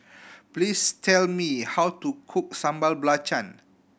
please tell me how to cook Sambal Belacan